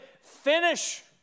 Finish